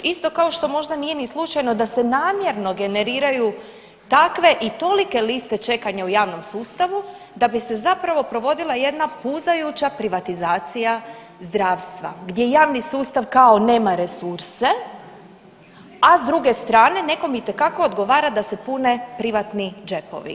Isto kao što možda nije ni slučajno da se namjerno generiraju takve i tolike liste čekanja u javnom sustavu da bi se zapravo provodila jedna puzajuća privatizacija zdravstva gdje javni sustav kao nema resurse, a s druge strane nekom itekako odgovara da se pune privatni džepovi.